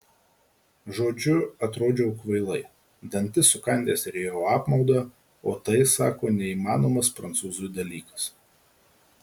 žodžiu atrodžiau kvailai dantis sukandęs rijau apmaudą o tai sako neįmanomas prancūzui dalykas